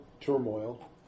turmoil